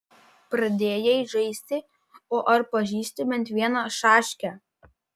pradėjai žaisti o ar pažįsti bent vieną šaškę